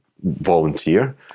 volunteer